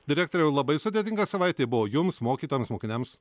direktoriau labai sudėtinga savaitė buvo jums mokytojams mokiniams